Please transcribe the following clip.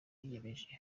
wiyemeje